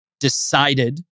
Decided